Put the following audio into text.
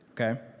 Okay